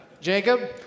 Jacob